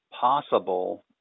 possible